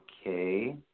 Okay